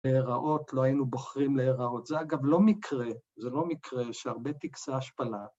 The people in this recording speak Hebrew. ‫להיראות, לא היינו בוחרים להיראות. ‫זה אגב לא מקרה, ‫זה לא מקרה שהרבה טקסי השפלה